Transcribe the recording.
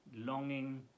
longing